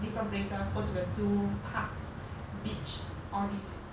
different places go to the zoo parks beach all these